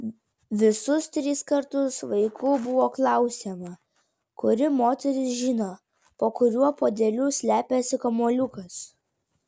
visus tris kartus vaikų buvo klausiama kuri moteris žino po kuriuo puodeliu slepiasi kamuoliukas